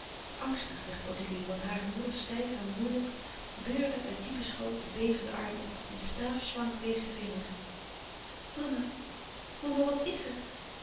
angstig werd ottilie want hare moeder stijf en moeilijk beurde uit diepen schoot den bevenden arm op en staafslank wees de vinger mama mama wat is er